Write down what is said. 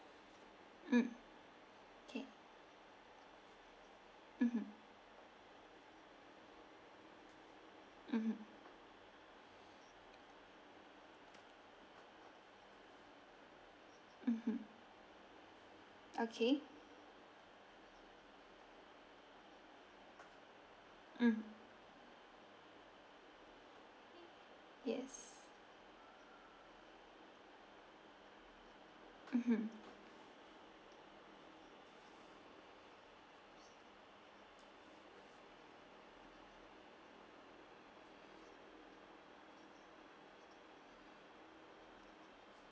mm okay mmhmm mmhmm mmhmm okay mm yes mmhmm